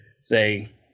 say